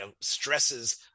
stresses